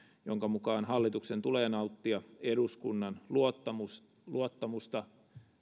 jonka mukaan hallituksen tulee nauttia eduskunnan luottamusta